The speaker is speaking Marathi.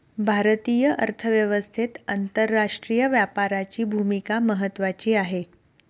भारतीय अर्थव्यवस्थेत आंतरराष्ट्रीय व्यापाराची भूमिका महत्त्वाची आहे